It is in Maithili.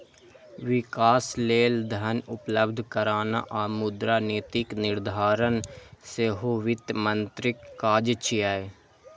विकास लेल धन उपलब्ध कराना आ मुद्रा नीतिक निर्धारण सेहो वित्त मंत्रीक काज छियै